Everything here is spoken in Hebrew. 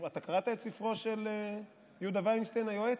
אתה קראת את ספרו של יהודה וינשטיין "היועץ"?